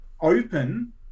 open